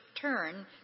turn